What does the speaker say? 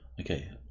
Okay